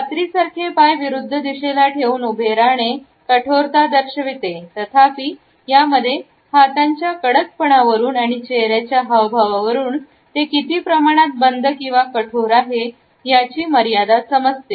कात्री सारखे पाय विरुद्ध दिशेला ठेवून उभे राहणे कठोरता दर्शवीत तथापि यामध्ये हातांच्या कडकपणा वरून आणि चेहऱ्याच्या हावभावावरून ते किती प्रमाणात बंद किंवा कठोर आहे याची मर्यादा समजते